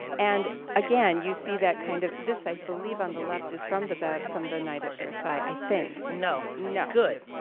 and again you see that kind of, this i believe on the left is from the, from the night at versailles, i think. no. no. good.